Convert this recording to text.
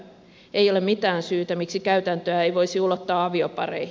ei ole mitään syytä miksi käytäntöä ei voisi ulottaa aviopareihin